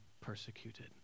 persecuted